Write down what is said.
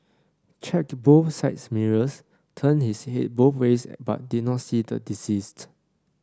checked both side mirrors turned his head both ways but did not see the deceased